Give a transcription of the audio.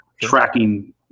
tracking